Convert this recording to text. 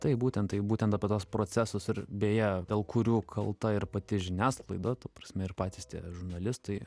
taip būtent tai būtent apie tuos procesus ir beje dėl kurių kalta ir pati žiniasklaida ta prasme ir patys tie žurnalistai